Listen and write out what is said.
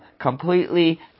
Completely